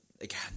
again